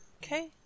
Okay